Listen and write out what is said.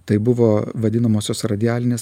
tai buvo vadinamosios radialinės